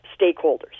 stakeholders